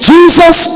Jesus